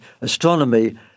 astronomy